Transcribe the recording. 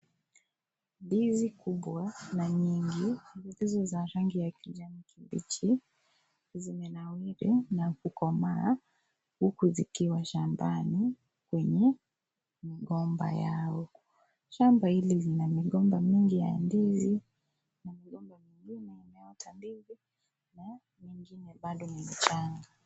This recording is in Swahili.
Ndizi kubwa na nyingi zilizo za rangi za kijani kibichi zimenawiri na kukomaa huku zikiwa shambani kwenye migomba yao, shamba hili lina migomba mengi ya ndizi na migomba mengine imeota ndizi na mengine bado ni mchanga.